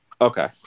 Okay